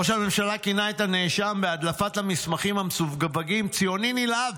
ראש הממשלה כינה את הנאשם בהדלפת המסמכים המסווגים "ציוני נלהב",